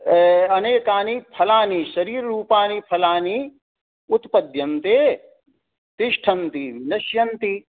अनेकानि फलानि शरीररूपानि फलानि उत्पद्यन्ते तिष्ठन्ति नश्यन्ति